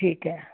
ਠੀਕ ਹੈ